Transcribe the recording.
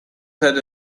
that